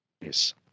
Yes